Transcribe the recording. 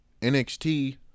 NXT